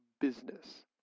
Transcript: business